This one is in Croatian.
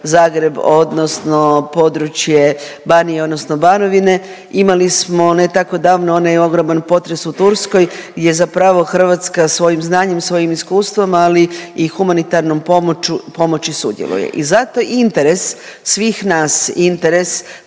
Zagreb, odnosno područje Banije, odnosno Banovine. Imali smo ne tako davno onaj ogroman potres u Turskoj gdje zapravo Hrvatska svojim znanjem, svojim iskustvom, ali i humanitarnom pomoći sudjeluje. I zato je interes svih nas, interes